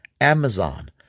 Amazon